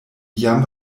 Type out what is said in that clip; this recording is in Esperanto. jam